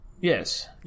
Yes